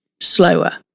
slower